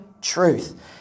truth